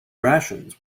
rations